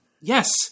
Yes